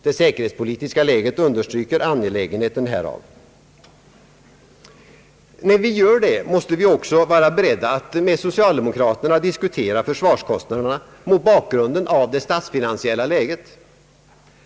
Det säkerhetspolitiska läget understryker angelägenheten härav. När vi gör det, måste vi också vara beredda att med socialdemokraterna diskutera försvarskostnaderna mot bak grund av det statsfinansiella läget.